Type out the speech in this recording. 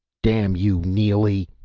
damn you, neely!